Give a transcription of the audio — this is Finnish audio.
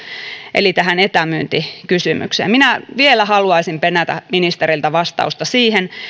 eli tähän etämyyntikysymykseen minä haluaisin vielä penätä ministeriltä vastausta siihen